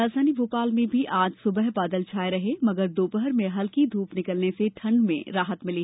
राजधानी भोपाल में भी आज सुबह बादल छाये रहे मगर दोपहर में हल्की धूप निकलने से ठंड से राहत मिली